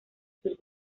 sus